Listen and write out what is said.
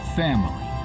family